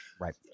Right